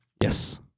Yes